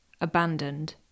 abandoned